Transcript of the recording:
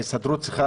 ההסתדרות צריכה,